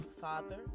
father